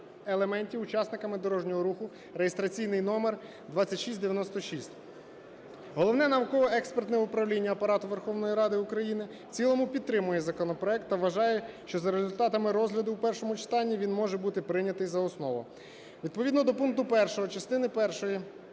елементів учасниками дорожнього руху (реєстраційний номер 2696). Головне науково-експертне управління Апарату Верховної Ради України в цілому підтримує законопроект та вважає, що за результатами розгляду в першому читанні він може бути прийнятий за основу. Відповідно до пункту 1 частини першої